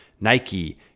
Nike